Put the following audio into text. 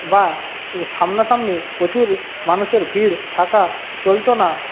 বা সামনাসামনি প্রচুর মানুষের ভিড় থাকা চলত না